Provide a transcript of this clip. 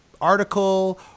article